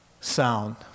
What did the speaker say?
sound